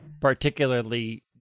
particularly